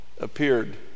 appeared